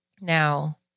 Now